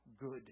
good